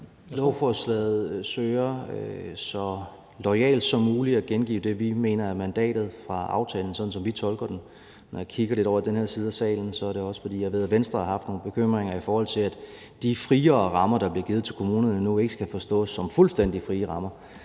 Lovforslaget søger så loyalt som muligt at gengive det, vi mener er mandatet fra aftalen, sådan som vi tolker den. Når jeg kigger lidt over i den her side af salen, er det også, fordi jeg ved, at Venstre har haft nogle bekymringer, i forhold til at de friere rammer, der bliver givet til kommunerne nu, ikke skal forstås som fuldstændig frie rammer.